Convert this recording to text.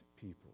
people